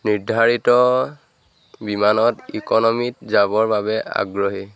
নিৰ্ধাৰিত বিমানত ইকনমিত যাবৰ বাবে আগ্ৰহী